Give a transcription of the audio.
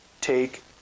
Take